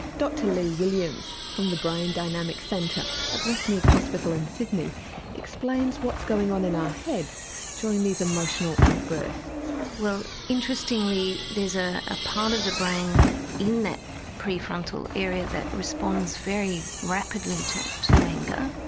dr lea williams from the brain dynamic centre at westmead hospital in sydney explains what's going on in our heads during these emotional outbursts. well interestingly there's a ah part of the brain in that prefrontal area that responds very rapidly to to anger,